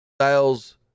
styles